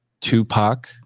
Tupac